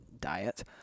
diet